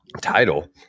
title